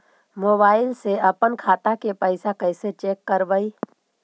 Mobile से अपन खाता के पैसा कैसे चेक करबई?